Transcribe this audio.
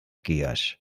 giersch